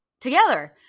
together